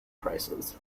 prices